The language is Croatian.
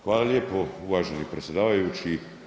Hvala lijepo uvaženi predsjedavajući.